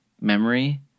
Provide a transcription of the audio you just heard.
memory